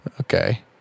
Okay